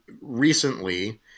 recently